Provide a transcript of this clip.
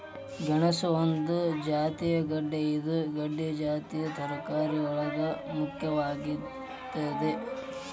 ಗೆಣಸ ಒಂದು ಜಾತಿಯ ಗೆಡ್ದೆ ಇದು ಗೆಡ್ದೆ ಜಾತಿಯ ತರಕಾರಿಯೊಳಗ ಮುಖ್ಯವಾದದ್ದಾಗೇತಿ